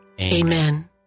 Amen